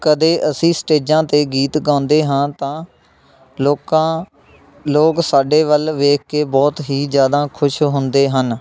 ਕਦੇ ਅਸੀਂ ਸਟੇਜਾਂ 'ਤੇ ਗੀਤ ਗਾਉਂਦੇ ਹਾਂ ਤਾਂ ਲੋਕਾਂ ਲੋਕ ਸਾਡੇ ਵੱਲ ਵੇਖ ਕੇ ਬਹੁਤ ਹੀ ਜ਼ਿਆਦਾ ਖੁਸ਼ ਹੁੰਦੇ ਹਨ